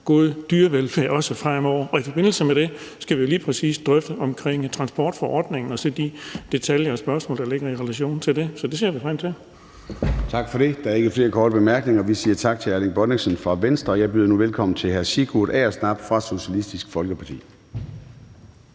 god dyrevelfærd, også fremover. I forbindelse med det skal vi jo lige præcis drøfte transportforordningen og de detaljer og spørgsmål, der ligger i relation til det, så det ser jeg da frem til. Kl. 16:24 Formanden (Søren Gade): Tak for det. Der er ikke flere korte bemærkninger. Vi siger tak til hr. Erling Bonnesen fra Venstre. Jeg byder nu velkommen til hr. Sigurd Agersnap fra Socialistisk Folkeparti.